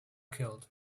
killed